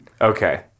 Okay